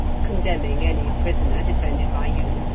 condemning any prisoner defended by you.